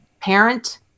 parent